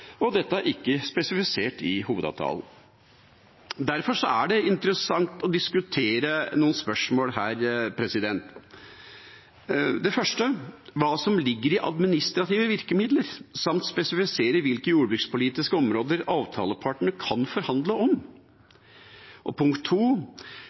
og dette er ikke spesifisert i hovedavtalen. Derfor er det interessant å diskutere noen spørsmål her. Det første er hva som ligger i administrative virkemidler, samt spesifisere hvilke jordbrukspolitiske områder avtalepartene kan forhandle om.